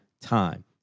time